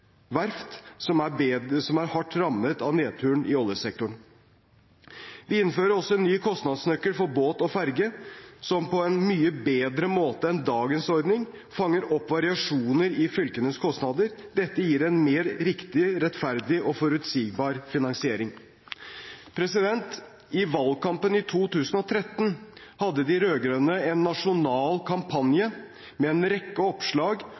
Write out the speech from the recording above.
verft som er hardt rammet av nedturen i oljesektoren. Vi innfører også en ny kostnadsnøkkel for båt og ferge, som på en mye bedre måte enn dagens ordning fanger opp variasjoner i fylkenes kostnader. Dette gir en mer riktig, rettferdig og forutsigbar finansiering. I valgkampen i 2013 hadde de rød-grønne en nasjonal kampanje med en rekke oppslag